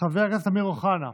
חבר הכנסת אמיר אוחנה,